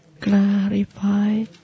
clarify